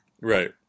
Right